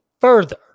further